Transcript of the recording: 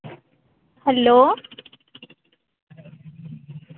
hello